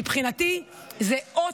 מבחינתי זה אות,